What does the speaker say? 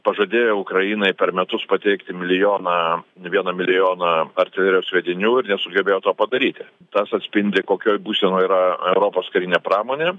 pažadėjo ukrainai per metus pateikti milijoną vieną milijoną artilerijos sviedinių ir nesugebėjo to padaryti tas atspindi kokioj būsenoj yra europos karinė pramonė